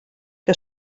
que